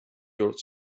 your